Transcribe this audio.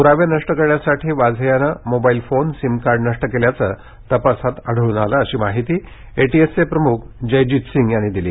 पुरावे नष्ट करण्यासाठी वाझे यानं मोबाईल फोन सीम कार्ड नष्ट केल्याचं तपासातून पुढे आलं आहे अशी माहिती एटीएसचे प्रमुख जयजीत सिंग यांनी दिली